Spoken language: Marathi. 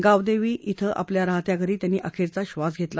गावदेवी इथल्या राहत्या घरी त्यांनी अखेरचा श्वास घेतला